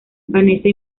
vanessa